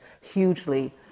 hugely